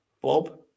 Bob